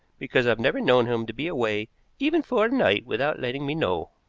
because i've never known him to be away even for a night without letting me know.